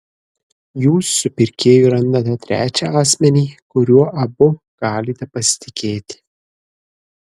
jūs su pirkėju randate trečią asmenį kuriuo abu galite pasitikėti